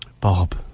Bob